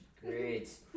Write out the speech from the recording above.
great